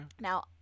Now